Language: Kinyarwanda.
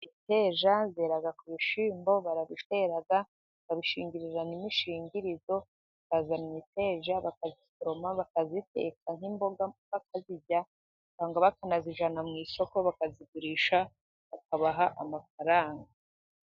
Imiteja yera ku bishyimbo, barabitera bakabishingiriza n'imishingirizo, bikazana imiteja bakayisoroma bakayiteka nk'imboga bakayirya, cyangwa bakanayijyana mu isoko bakayigurisha bakabaha amafaranga.